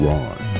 Ron